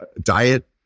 diet